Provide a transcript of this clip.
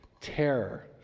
terror